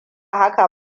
haka